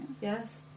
Yes